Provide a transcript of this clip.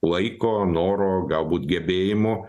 laiko noro galbūt gebėjimo